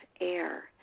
air